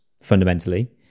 fundamentally